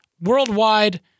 worldwide